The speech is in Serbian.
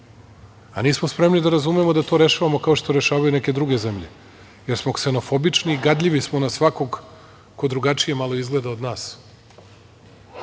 a nismo spremni da razumemo da to rešavamo, kao što rešavaju neke druge zemlje, jer smo ksenofobični i gadljivi smo na svakog ko drugačije malo izgleda od nas,